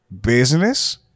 business